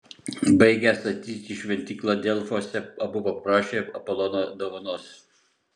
baigę statyti šventyklą delfuose abu paprašė apolono dovanos